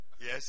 yes